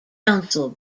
council